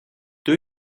doe